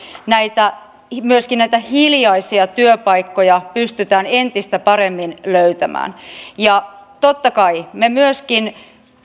myöskin näitä hiljaisia työpaikkoja pystytään entistä paremmin löytämään totta kai me myöskin